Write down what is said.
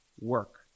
work